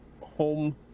home